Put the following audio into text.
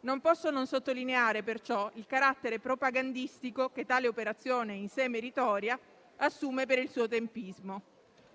Non posso non sottolineare, perciò, il carattere propagandistico che tale operazione, in sé meritoria, assume per il suo tempismo.